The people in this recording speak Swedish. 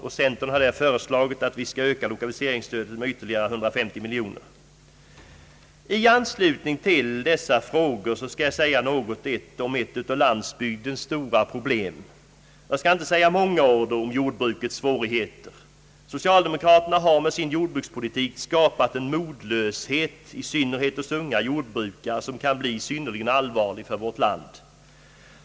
Centern har föreslagit att vi skall öka lokaliseringsstödet med ytterligare 150 miljoner. I anslutning till dessa frågor skall jag säga något om ett av landsbygdens stora problem. Jag skall inte säga många ord om jordbrukets svårigheter. Socialdemokraterna har med sin jordbrukspolitik skapat en modlöshet i synnerhet hos unga jordbrukare som kan bli synnerligen allvarlig för vårt land.